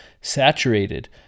saturated